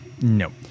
No